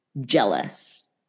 jealous